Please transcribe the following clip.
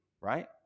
right